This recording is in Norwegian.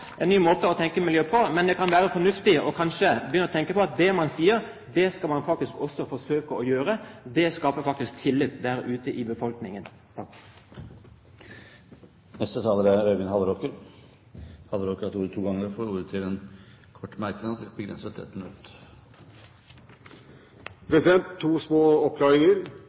at det man sier, skal man også faktisk forsøke å gjøre. Det skaper tillit ute i befolkningen. Øyvind Halleraker har hatt ordet to ganger og får ordet til en kort merknad, begrenset til 1 minutt. To små oppklaringer: